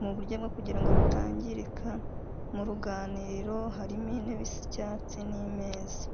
mu buryo bumwe kugirango bitangirika, mu ruganiriro harimo intebe isa icyatsi n'imeza.